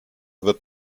wird